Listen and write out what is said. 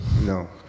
No